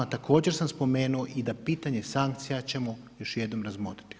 Također sam spomenuo i da pitanje sankcija ćemo još jednom razmotriti.